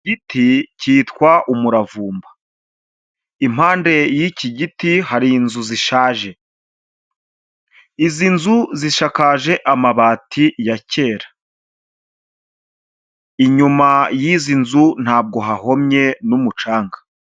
Iki giti cyitwa umuravumba. Impande y'iki giti, hari inzu zishaje. Izi nzu zisakaje amabati ya kera. Inyuma y'izi nzu ntabwo hahomye n'umucanga.